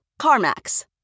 CarMax